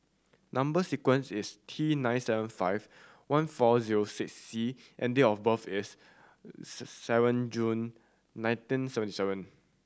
number sequence is T nine seven five one four zero six C and date of birth is six seven June nineteen seven seven